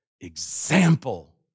example